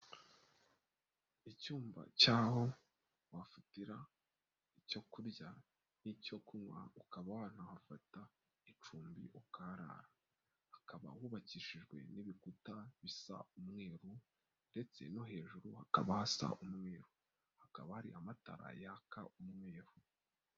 Icyumba cy'aho wafatira icyo kurya n'icyo kunywa ukaba wanahafata icumbi ukaharara, hakaba hubakishijwe n'ibikuta bisa umweru ndetse no hejuru hakaba hasa umweru, hakaba hari amatara yaka umweru.